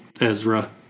Ezra